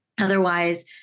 otherwise